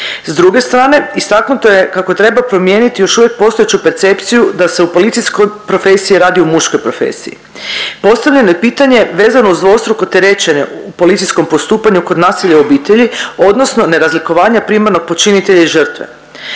S druge strane istaknuto je kako treba promijeniti još uvijek postojeću percepciju da se u policijskoj profesiji radi o muškoj profesiji. Postavljeno je pitanje vezano uz dvostruko terećenje u policijskom postupanju kod nasilja u obitelji odnosno nerazlikovanja primarnog počinitelja i žrtve.